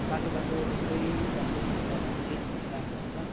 बाटो बाटो रोक्दा जाँदै गर्यो भने चाहिँ राम्रो हुन्छ